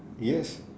yes